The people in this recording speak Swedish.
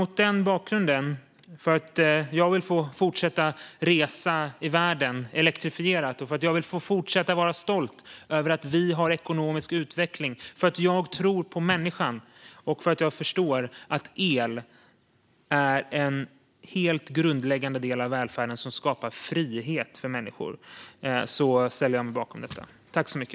Mot den bakgrunden, för att jag vill få fortsätta resa elektrifierat i världen och för att jag vill få fortsätta vara stolt över att vi har ekonomisk utveckling, för att jag tror på människan och för att jag förstår att el är en helt grundläggande del av välfärden som skapar frihet för människor, ställer jag mig bakom detta betänkande.